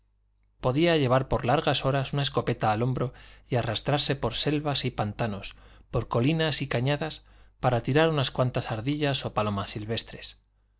podía llevar por largas horas una escopeta al hombro y arrastrarse por selvas y pantanos por colinas y cañadas para tirar a unas cuantas ardillas o palomas silvestres